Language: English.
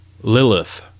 Lilith